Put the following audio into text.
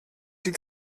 die